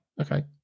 Okay